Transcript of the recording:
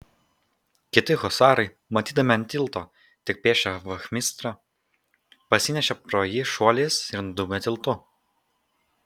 kiti husarai matydami ant tilto tik pėsčią vachmistrą pasinešė pro jį šuoliais ir nudūmė tiltu